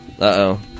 Uh-oh